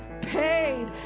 paid